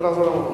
למקום.